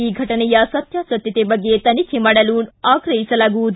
ಈ ಘಟನೆಯ ಸತ್ವಾಸತ್ವತೆ ಬಗ್ಗೆ ತನಿಖೆ ಮಾಡಲು ನಡೆಸಲು ಆಗ್ರಹಿಸಲಾಗುವುದು